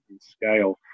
scale